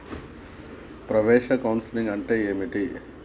ప్రవేశ కౌన్సెలింగ్ అంటే ఏమిటి?